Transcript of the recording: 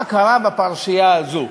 מה קרה בפרשייה הזו,